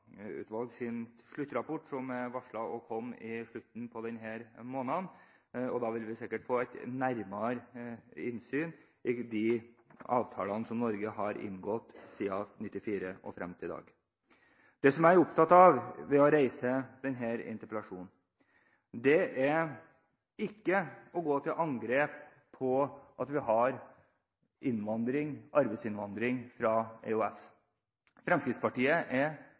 sluttrapport, som er varslet å komme i slutten av denne måneden. Da vil vi sikkert få et nærmere innsyn i de avtalene som Norge har inngått siden 1994 og frem til i dag. Det jeg er opptatt av ved å reise denne interpellasjonen, er ikke å gå til angrep på at vi har arbeidsinnvandring fra